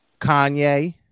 Kanye